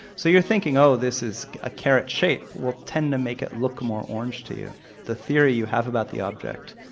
so your thinking, oh, this is a carrot shape' will tend to make it look more orange to you the theory you have about the object,